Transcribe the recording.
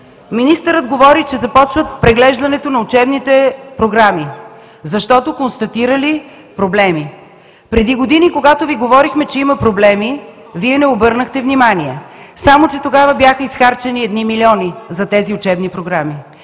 Министърът говори, че започват преглеждането на учебните програми, защото констатирали проблеми. Преди години, когато Ви говорехме, че има проблеми, Вие не обърнахте внимание, само че тогава бяха изхарчени едни милиони за тези учебни програми.